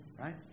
Right